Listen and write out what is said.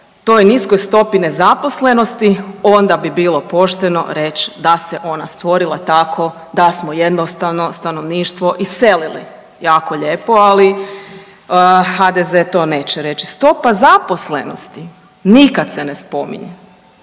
toj niskoj stopi nezaposlenosti, onda bi bilo pošteno reći da se ona stvorila tako da smo jednostavno stanovništvo iselili. Jako lijepo, ali HDZ to neće reći. Stopa zaposlenosti nikad se ne spominje.